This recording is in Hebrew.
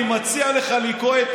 אני מציע לך לקרוא את